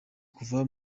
kuva